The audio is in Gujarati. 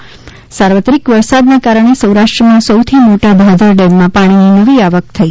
રાજકોટ જીલ્લામાં સાર્વત્રિક વરસાદના કારણે સૌરાષ્ટ્રમાં સૌથી મોટા ભાદર ડેમમાં પાણીની નવી આવક થઈ